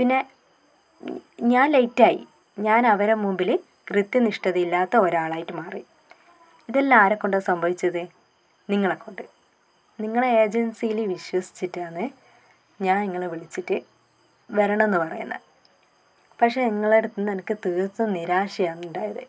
പിന്നെ ഞാൻ ലേറ്റ് ആയി ഞാൻ അവരുടെ മുമ്പിൽ കൃത്യനിഷ്ഠയില്ലാത്ത ഒരാളായിട്ട് മാറി ഇതെല്ലാം ആരെ കൊണ്ടാണ് സംഭവിച്ചത് നിങ്ങളെക്കൊണ്ട് നിങ്ങളുടെ ഏജൻസിയിൽ വിശ്വസിച്ചിട്ടാന്ന് ഞാൻ ഇങ്ങളെ വിളിച്ചിട്ട് വരണം എന്ന് പറയുന്നത് പക്ഷേ നിങ്ങളുടെ അടുത്ത് നിന്ന് തീർത്തും നിരാശയാണ് ഉണ്ടായത്